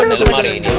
of the one